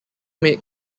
made